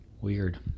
Weird